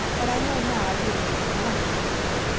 but i know now i really didn't want to forgive her.